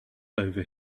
over